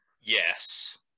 yes